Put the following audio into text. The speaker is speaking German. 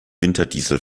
winterdiesel